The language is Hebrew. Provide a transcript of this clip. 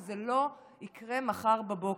זה לא יקרה מחר בבוקר.